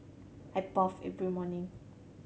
I bathe every morning